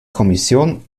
kommission